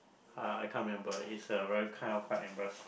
uh I can't remember it's a very kind of quite